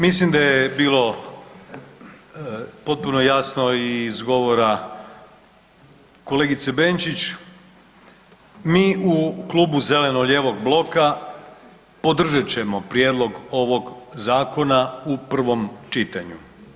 Mislim da je bilo potpuno jasno i iz govora kolegice Benčić, mi u klubu zeleno-lijevog bloka podržat ćemo prijedlog ovog zakona u prvom čitanju.